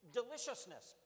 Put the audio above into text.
deliciousness